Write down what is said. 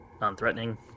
Non-threatening